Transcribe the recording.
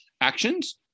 actions